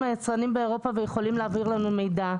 היצרנים באירופה ויכולים להעביר לנו מידע.